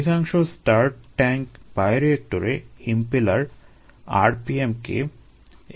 অধিকাংশ stirred tank বায়োরিয়েক্টরে impeller rpm কে একটি নির্দিষ্ট মানে নিয়ন্ত্রণ করা হয়